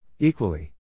Equally